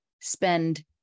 spend